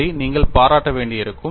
இதை நீங்கள் பாராட்ட வேண்டியிருக்கும்